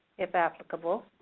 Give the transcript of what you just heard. if applicable.